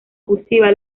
cursiva